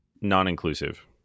non-inclusive